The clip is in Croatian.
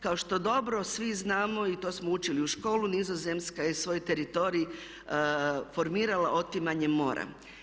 Kao što dobro svi znamo i to smo učili u školi Nizozemska je svoj teritorij formirala otimanjem mora.